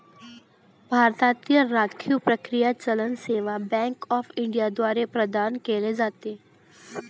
भारतातील राखीव परकीय चलन सेवा बँक ऑफ इंडिया द्वारे प्रदान केले जाते